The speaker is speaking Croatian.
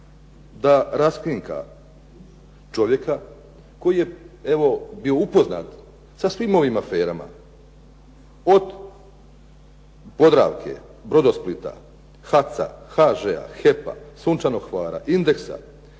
da raskrinka čovjeka koji je bio upoznat sa svim svojim aferama od Podravke, Brodosplita, HACA-a, HŽ-a, HEP-a, Sunčanog Hvara, Indeksa,